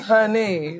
Honey